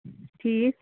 ٹھیٖک